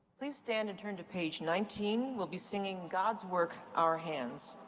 please stand and turn to page nineteen. we'll be singing god's work our hands.